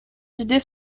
idées